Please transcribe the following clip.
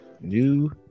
New